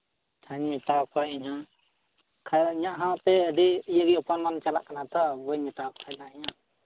ᱟᱪᱪᱷᱟᱧ ᱢᱮᱛᱟᱣ ᱠᱚᱣᱟ ᱤᱧᱦᱚᱸ ᱠᱷᱟᱱ ᱤᱧᱟᱹᱜ ᱦᱚᱸ ᱟᱯᱮ ᱟᱹᱰᱤ ᱤᱭᱟᱹ ᱚᱯᱚᱢᱟᱱ ᱪᱟᱞᱟᱜ ᱠᱟᱱᱟ ᱛᱚ ᱵᱟᱹᱧ ᱢᱮᱛᱟᱣ ᱟᱠᱚ ᱠᱷᱟᱱ